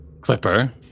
Clipper